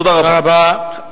תודה רבה.